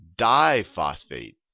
diphosphate